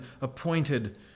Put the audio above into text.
appointed